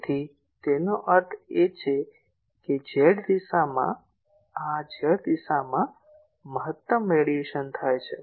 તેથી તેનો અર્થ એ છે કે z દિશામાં આ z દિશામાં મહત્તમ રેડિયેશન થાય છે